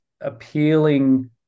appealing